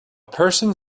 person